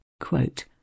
quote